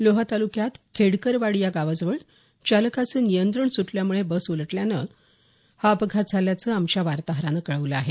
लोहा तालुक्यात खेडकरवाडी या गावाजवळ चालकाचं नियंत्रण सुटल्यामुळे बस उलटल्याचं आमच्या वार्ताहरानं कळवलं आहे